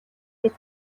гэж